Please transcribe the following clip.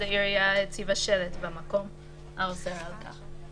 העירייה הציבה שלט במקום האוסר על כך.